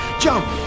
jump